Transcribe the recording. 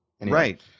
Right